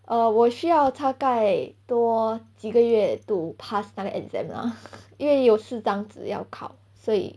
err 我需要大概多几个月 to pass 那个 exam lah 因为有四张纸要考所以